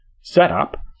setup